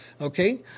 Okay